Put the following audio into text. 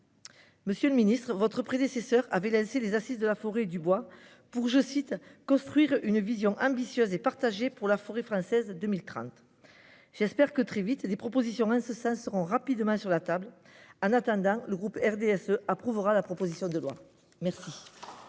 Monsieur le ministre, votre prédécesseur avait lancé les Assises de la forêt et du bois afin de « construire une vision ambitieuse et partagée pour la forêt française de 2030 ». J'espère que des propositions seront rapidement sur la table. En attendant, le groupe RDSE votera cette proposition de loi. Très